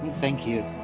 thank you